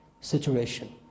situation